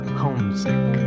homesick